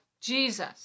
Jesus